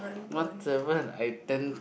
what seven I ten